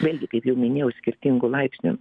vėlgi kaip jau minėjau skirtingu laipsniu